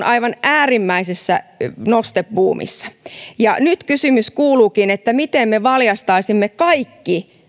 aivan äärimmäisessä nostebuumissa nyt kysymys kuuluukin miten me valjastaisimme kaikki